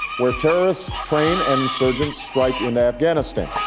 where terrorists train and insurgents strike in afghanistan.